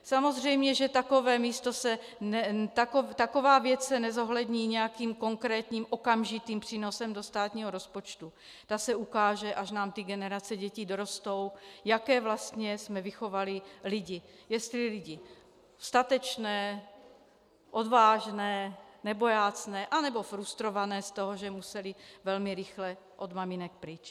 Samozřejmě, že taková věc se nezohlední nějakým konkrétním okamžitým přínosem do státního rozpočtu, ta se ukáže, až nám ty generace dětí dorostou, jaké vlastně jsme vychovali lidi jestli lidi statečné, odvážné, nebojácné, anebo frustrované z toho, že museli velmi rychle od maminek pryč.